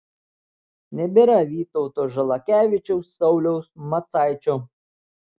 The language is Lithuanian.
nebėra vytauto žalakevičiaus sauliaus macaičio